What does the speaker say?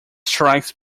strikes